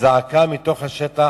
זעקה מתוך השטח.